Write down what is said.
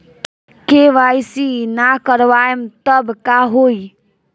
KYC ना करवाएम तब का होई?